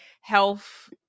health